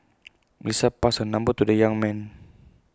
Melissa passed her number to the young man